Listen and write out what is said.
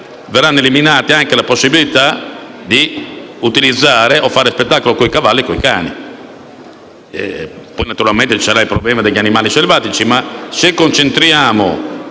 verrà eliminata anche la possibilità di utilizzare o fare spettacolo con i cavalli e con i cani. Poi, naturalmente, ci sarà il problema degli animali selvatici, ma se concentriamo